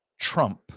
Trump